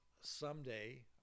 someday